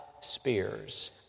spears